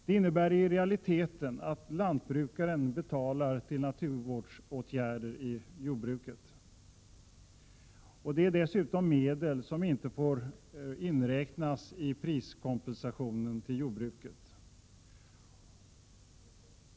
Det innebär i realiteten att lantbrukarna betalar till naturvårdsåtgärder i jordbruket — dessutom med medel som inte får inräknas i priskompensationen till jordbruket.